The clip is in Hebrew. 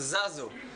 הוא פשוט זז קדימה.